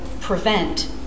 prevent